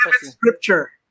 Scripture